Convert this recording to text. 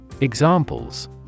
Examples